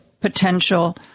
potential